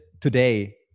today